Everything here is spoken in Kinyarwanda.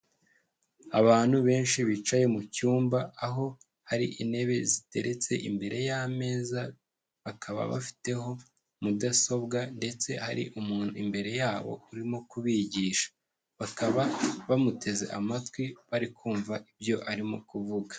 Abantu benshi bicaye mu cyumba, aho hari intebe ziteretse imbere y'ameza, bakaba bafiteho mudasobwa ndetse hari umuntu imbere yabo urimo kubigisha. Bakaba bamuteze amatwi, bari kumva ibyo arimo kuvuga.